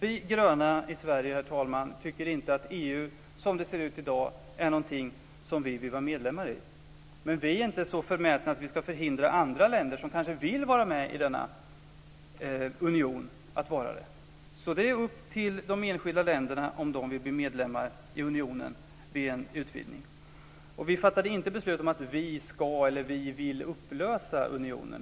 Herr talman! Vi gröna i Sverige tycker inte att EU, som det ser ut i dag, är någonting som vi vill vara medlemmar i. Men vi är inte så förmätna att vi vill förhindra andra länder, som kanske vill vara med i denna union, att vara det. Det är upp till de enskilda länderna om de vill bli medlemmar i unionen vid en utvidgning. Vi fattade inte beslut om att vi ska eller vill upplösa unionen.